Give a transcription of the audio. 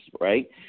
right